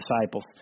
disciples